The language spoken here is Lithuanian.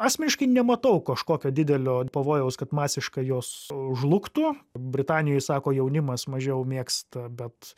asmeniškai nematau kažkokio didelio pavojaus kad masiškai jos žlugtų britanijoj sako jaunimas mažiau mėgsta bet